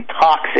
toxic